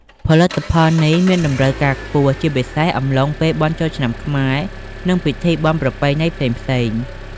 ផលិតផលនេះមានតម្រូវការខ្ពស់ ជាពិសេសអំឡុងពេលបុណ្យចូលឆ្នាំខ្មែរ និងពិធីបុណ្យប្រពៃណីផ្សេងៗ។